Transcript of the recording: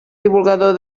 divulgador